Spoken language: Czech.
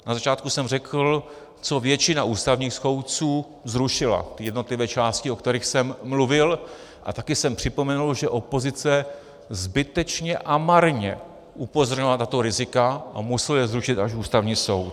Na začátku jsem řekl, co většina ústavních soudců zrušila, ty jednotlivé části, o kterých jsem mluvil, a taky jsem připomenul, že opozice zbytečně a marně upozorňovala na tato rizika a musel je zrušit až Ústavní soud.